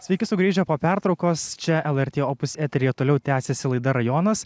sveiki sugrįžę po pertraukos čia lrt opus eteryje toliau tęsiasi laida rajonas